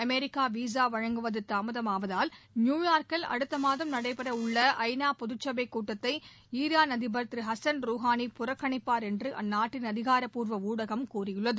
America visa வழங்குவது தாமதம் ஆவதால் நியூயார்க்கில் அடுத்த மாதம் நடைபெற உள்ள ஐ நா பொதுசபை கூட்டத்தை ஈரான் அதிபர் ஹசன் ரோஹானி புறக்கணிப்பார் என்று அந்நாட்டின் அதிகாரப்பூர்வ ஊடகம் தெரிவித்துள்ளது